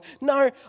No